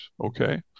Okay